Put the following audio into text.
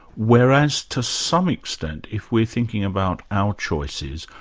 whereas to some extent, if we are thinking about our choices,